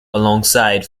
alongside